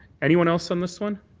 anyone else on this one